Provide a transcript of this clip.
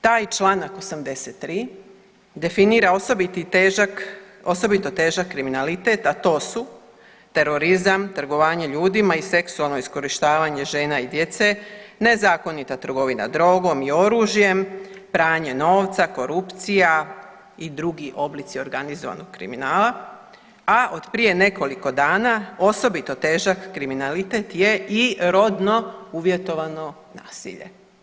Taj čl. 83 definira osobito težak kriminalitet, a to su terorizam, trgovanje ljudima i seksualno iskorištavanje žena i djece, nezakonita trgovina drogom i oružjem, pranje novca, korupcija i drugi oblici organizovanog kriminala, a od prije nekoliko dana osobito težak kriminalitet je i rodno uvjetovano nasilje.